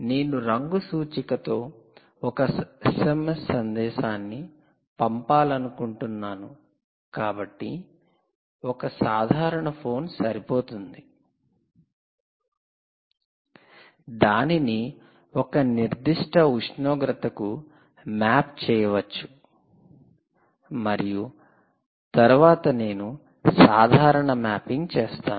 నేను రంగు సూచికతో ఒక SMS సందేశాన్ని పంపాలనుకుంటున్నాను కాబట్టి ఒక సాధారణ ఫోన్ సరిపోతుంది దానిని ఒక నిర్దిష్ట ఉష్ణోగ్రతకు మ్యాప్ చేయవచ్చు మరియు తరువాత నేను సాధారణ మ్యాపింగ్ చేస్తాను